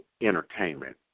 entertainment